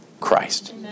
Christ